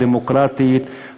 הדמוקרטית,